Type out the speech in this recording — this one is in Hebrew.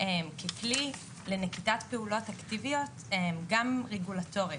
ככלי לנקיטת פעולות אקטיביות גם רגולטורית.